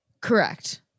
Correct